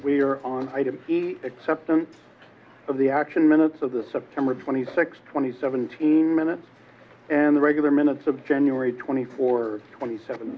we are on the substance of the action minutes of the september twenty sixth twenty seventeen minutes and the regular minutes of january twenty four twenty seven